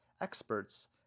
experts